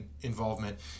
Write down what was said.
involvement